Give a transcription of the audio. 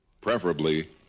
preferably